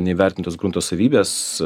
neįvertintos grunto savybės